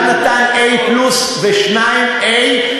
אחד נתן A+ ושניים A,